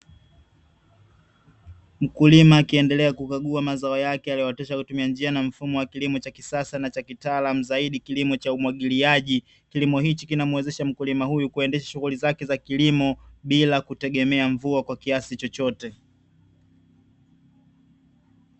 Mkulima akiendelea kukagua mazao yake aliyootesha kwa kutumia njia na mfumo wa kilimo cha kisasa na cha kitaalamu zaidi; kilimo cha umwagiliaji. Kilimo hichi kinamuwezesha mkulima huyu kuendesha shughuli zake za kilimo, bila kutegemea mvua kwa kiasi chochote.